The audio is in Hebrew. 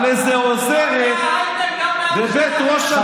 צריך לפטר אותה, על איזה עוזרת בבית ראש הממשלה.